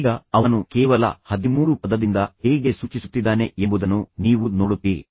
ಈಗ ಅವನು ಕೇವಲ ಹದಿಮೂರು ಪದದಿಂದ ಹೇಗೆ ಸೂಚಿಸುತ್ತಿದ್ದಾನೆ ಎಂಬುದನ್ನು ನೀವು ನೋಡುತ್ತೀರಿ